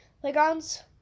playgrounds